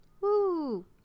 Woo